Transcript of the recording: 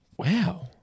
Wow